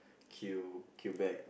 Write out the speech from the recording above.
Q Quebec